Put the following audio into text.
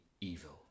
evil